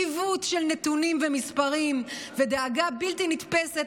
עיוות של נתונים ומספרים ודאגה בלתי נתפסת